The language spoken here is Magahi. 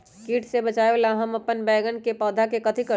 किट से बचावला हम अपन बैंगन के पौधा के कथी करू?